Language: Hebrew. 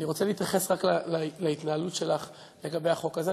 אני רוצה להתייחס רק להתנהלות שלך לגבי החוק הזה.